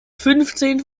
fünfzehn